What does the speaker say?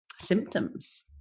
symptoms